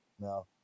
No